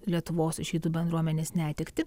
lietuvos žydų bendruomenės netektį